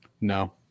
No